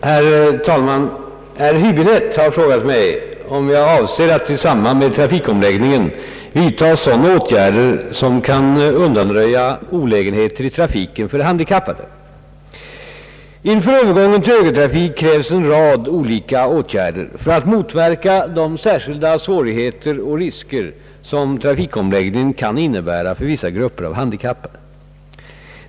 Herr talman! Herr Hiäbinette har frågat mig om jag avser att i samband med trafikomläggningen vidtaga sådana åtgärder som kan undanröja olägenheter i trafiken för handikappade. Inför övergången till högertrafik krävs en rad olika åtgärder för att motverka de särskilda svårigheter och risker som trafikomläggningen kan innebära för vissa grupper av handikappade.